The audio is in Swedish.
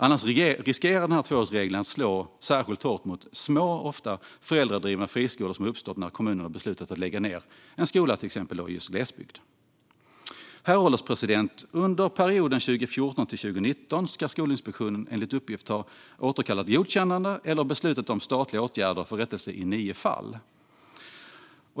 Annars riskerar tvåårsregeln att slå särskilt hårt mot små, ofta föräldradrivna, friskolor som har uppstått när kommunerna har beslutat att lägga ned en skola i glesbygd. Herr ålderspresident! Under perioden 2014-2019 ska Skolinspektionen enligt uppgift ha återkallat godkännande eller beslutat om statliga åtgärder för rättelse i nio fall.